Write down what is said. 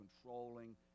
controlling